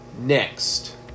Next